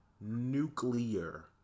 nuclear